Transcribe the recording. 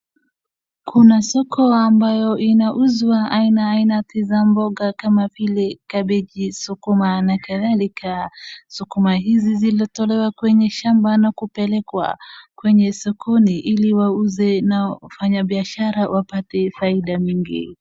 Kuna soko ambayo inauzwa aina ainati za mboga kama vile kambichi, sukuma na kadhalika. Sukuma hizi zilitolewa kwenye shamba na kupelekwa kwenye sokoni ili wauze na wafanyabiashara wapate faida nyingi.